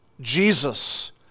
Jesus